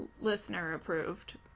listener-approved